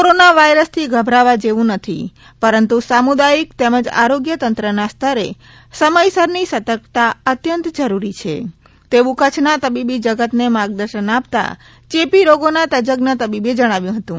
corona વાયરસથી ગભરાવા જેવું નથી પરંતુ સામુદાયિક તેમજ આરોગ્ય તંત્રના સ્તરે સમયસરની સતર્કતા અત્યંત જરૂરી છે તેવું કચ્છના તબીબી જગતને માર્ગદર્શન આપતાં ચેપી રોગોના તજજ્ઞ તબીબે જણાવ્યું હતું